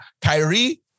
Kyrie